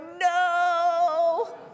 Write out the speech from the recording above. no